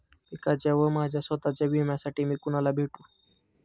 पिकाच्या व माझ्या स्वत:च्या विम्यासाठी मी कुणाला भेटू?